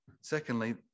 secondly